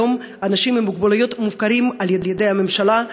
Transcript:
היום אנשים עם מוגבלות מופקרים על-ידי הממשלה,